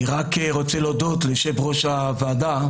אני רק רוצה להודות ליו"ר הוועדה,